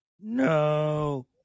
No